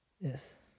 Yes